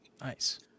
Nice